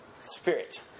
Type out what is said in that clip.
Spirit